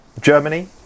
germany